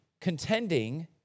Contending